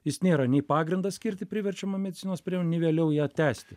jis nėra nei pagrindas skirti priverčiamą medicinos priemonę nei vėliau ją tęsti